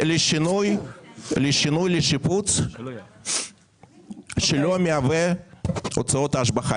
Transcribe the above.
לשינוי לשיפוץ שלא מהווה הוצאות השבחה.